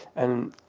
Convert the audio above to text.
and